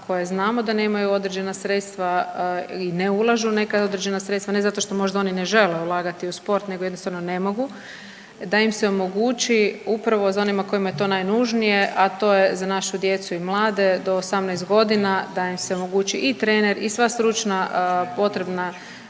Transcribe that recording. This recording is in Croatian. koje znamo da nemaju određena sredstva i ne ulažu neka određena sredstva ne zato što možda oni ne žele ulagati u sport nego jednostavno ne mogu, da im se omogući upravo za onima kojima je to najnužnije, a to je za našu djecu i mlade do 18.g., da im se omogući i trener i sva stručna potrebna